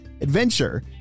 adventure